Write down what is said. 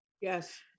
Yes